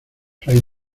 fray